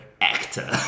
actor